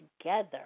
together